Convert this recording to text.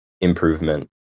improvement